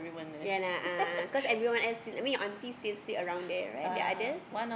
ya lah ah cause everyone else still I mean your auntie still sit around there right the other